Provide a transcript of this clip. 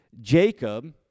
Jacob